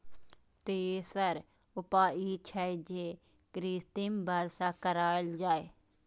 तेसर उपाय ई छै, जे कृत्रिम वर्षा कराएल जाए